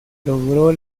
logró